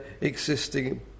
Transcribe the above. existing